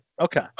Okay